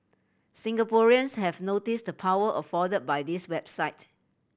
Singaporeans have noticed the power afforded by this website